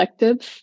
collectives